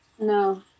No